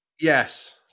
Yes